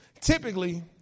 typically